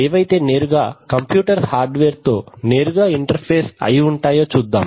ఏవైతే నేరుగా computer hardware తో నేరుగా ఇంటర్ ఫేస్ అయి ఉంటాయో చూద్దాం